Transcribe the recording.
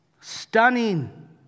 Stunning